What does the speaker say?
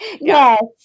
Yes